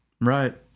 Right